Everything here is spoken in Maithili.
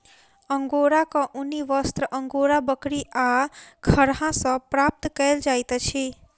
अंगोराक ऊनी वस्त्र अंगोरा बकरी आ खरहा सॅ प्राप्त कयल जाइत अछि